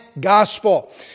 gospel